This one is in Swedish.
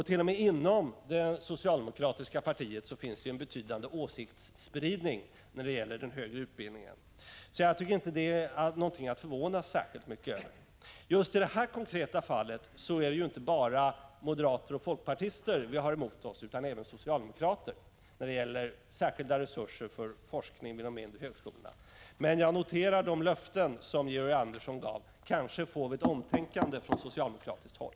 T. o. m. inom det socialdemokratiska partiet finns det en betydande åsiktsspridning när det gäller den högre utbildningen. Jag tycker inte att det är någonting att förvånas särskilt mycket över. Just i det här konkreta fallet, när det gäller särskilda resurser för forskning vid de mindre högskolorna, är det ju inte bara moderater och folkpartister vi har emot oss utan även socialdemokrater. Jag noterar de löften Georg Andersson gav. Kanske får vi ett omtänkande från socialdemokratiskt håll.